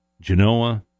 Genoa